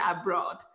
abroad